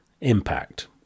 Impact